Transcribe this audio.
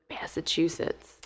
Massachusetts